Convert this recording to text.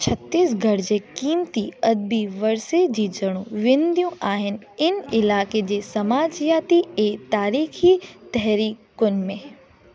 छत्तीसगढ़ जे क़ीमती अदिबी वरिसे जी जड़ूं वींदियूं आहिनि हिन इलाइक़े जे समाजियाती ऐं तारीख़ी तहरीकुनि में